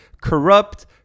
corrupt